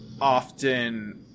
often